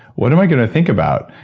what am i gonna think about?